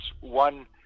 one